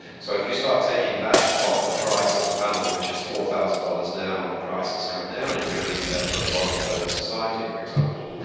so if you start taking that off the price of the panel which is four thousand dollars now when the price has come down and you and only do that for the bottom third of society for example,